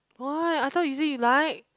why I thought you say you like